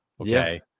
Okay